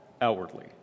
outwardly